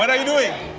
but you doing?